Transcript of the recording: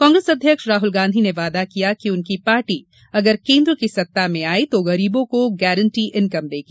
कांग्रेस अध्यक्ष राहुल गांधी ने वादा किया कि उनकी पार्टी अगर केन्द्र की सत्ता में आई तो गरीबों को गारंटी इनकम देगी